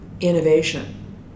innovation